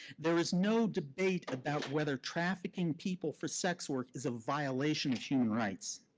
there is no debate about whether trafficking people for sex work is a violation of human rights.